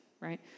right